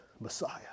Messiah